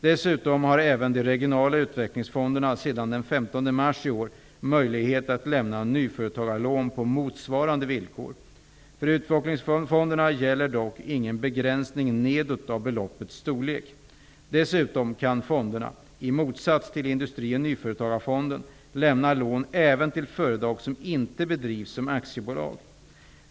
Dessutom har även de regionala utvecklingsfonderna sedan den 15 mars i år möjlighet att lämna nyföretagarlån på motsvarande villkor. För utvecklingsfonderna gäller dock ingen begränsning nedåt av beloppets storlek. Dessutom kan fonderna -- i motsats till Industri och nyföretagarfonden -- lämna lån även till företag som inte bedrivs som aktiebolag.